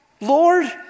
Lord